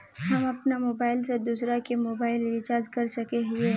हम अपन मोबाईल से दूसरा के मोबाईल रिचार्ज कर सके हिये?